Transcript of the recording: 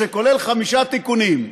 שכולל חמישה תיקונים.